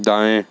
दाएं